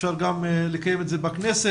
אפשר גם לקיים את זה בכנסת.